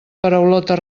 paraulotes